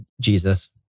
Jesus